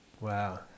Wow